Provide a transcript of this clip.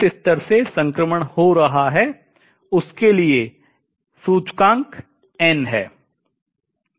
जिस स्तर से संक्रमण हो रहा है उसके लिए सूचकांक n है